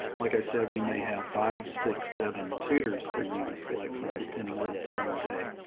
like i said, we may have five, six, seven tutors for you to select from depending on the time of day,